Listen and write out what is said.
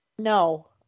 No